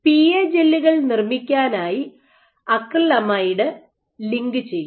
PA ജെല്ലുകൾ നിർമ്മിക്കാനായി acrylamide link ചെയ്യുന്നു